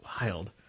Wild